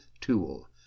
tool